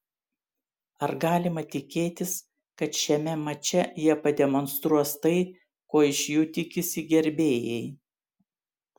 ar galima tikėtis kad šiame mače jie pademonstruos tai ko iš jų tikisi gerbėjai